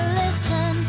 listen